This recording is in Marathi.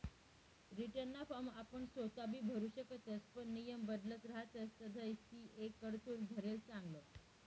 रीटर्नना फॉर्म आपण सोताबी भरु शकतस पण नियम बदलत रहातस तधय सी.ए कडथून भरेल चांगलं